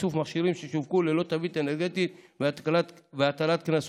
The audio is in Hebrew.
איסוף מכשירים ששווקו ללא תווית אנרגטית והטלת קנסות.